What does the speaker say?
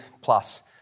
plus